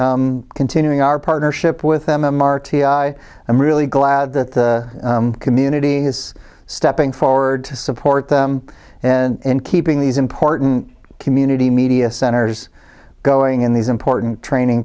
to continuing our partnership with them r t i i'm really glad that the community is stepping forward to support them and keeping these important community media centers going in these important training